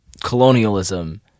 colonialism